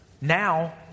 Now